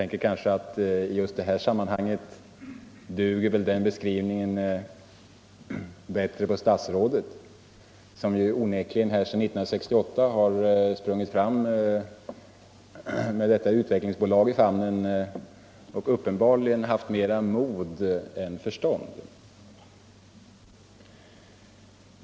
Ja, just i detta sammanhang duger väl den beskrivningen bättre på statsrådet, som onekligen sedan 1968 har sprungit fram med detta utvecklingsbolag i famnen och uppenbarligen haft mera mod än förstånd.